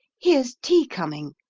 here's tea coming.